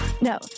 No